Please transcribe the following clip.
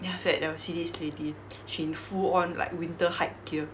then after that there was see this lady she in full on like winter hike gear